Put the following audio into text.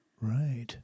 Right